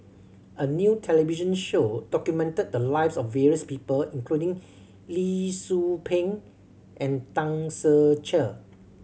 a new television show documented the lives of various people including Lee Tzu Pheng and Tan Ser Cher